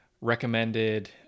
recommended